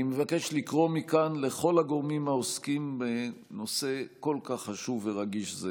אני מבקש לקרוא מכאן לכל הגורמים העוסקים בנושא כל כך חשוב ורגיש זה